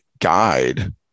guide